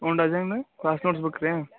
one dozen class notes ಬುಕ್ಸಾ